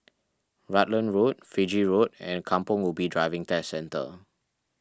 Rutland Road Fiji Road and Kampong Ubi Driving Test Centre